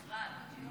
משרד.